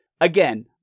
again